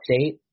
State